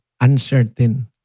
uncertain